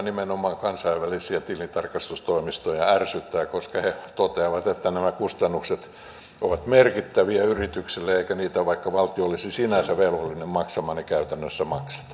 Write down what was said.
nimenomaan kansainvälisiä tilintarkastustoimistoja ärsyttää koska he toteavat että nämä kustannukset ovat merkittäviä yrityksille eikä niitä vaikka valtio olisi sinänsä velvollinen maksamaan käytännössä makseta